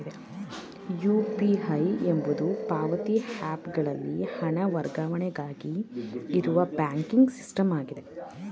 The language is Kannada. ಯು.ಪಿ.ಐ ಎಂಬುದು ಪಾವತಿ ಹ್ಯಾಪ್ ಗಳಲ್ಲಿ ಹಣ ವರ್ಗಾವಣೆಗಾಗಿ ಇರುವ ಬ್ಯಾಂಕಿಂಗ್ ಸಿಸ್ಟಮ್ ಆಗಿದೆ